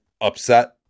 upset